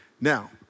Now